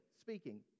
speaking